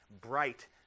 Bright